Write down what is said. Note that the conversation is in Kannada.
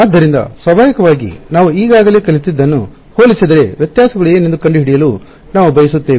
ಆದ್ದರಿಂದ ಸ್ವಾಭಾವಿಕವಾಗಿ ನಾವು ಈಗಾಗಲೇ ಕಲಿತದ್ದನ್ನು ಹೋಲಿಸಿದರೆ ವ್ಯತ್ಯಾಸಗಳು ಏನೆಂದು ಕಂಡುಹಿಡಿಯಲು ನಾವು ಬಯಸುತ್ತೇವೆ